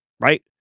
right